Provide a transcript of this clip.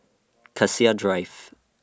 Cassia Drive